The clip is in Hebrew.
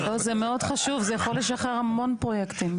זה מאוד חשוב, זה יכול לשחרר המון פרויקטים.